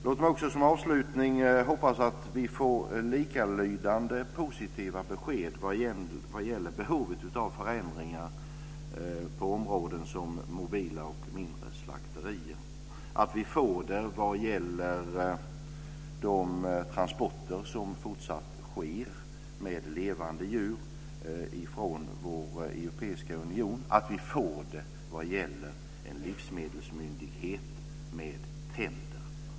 Låt mig som avslutning säga att jag hoppas att vi får likalydande positiva besked vad gäller behovet av förändringar på områden som mobila och mindre slakterier, att vi får det vad gäller de transporter som fortsatt sker med levande djur från vår europeiska union och att vi får det vad gäller en livsmedelsmyndighet med tänder.